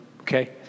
okay